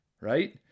right